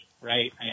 Right